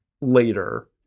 later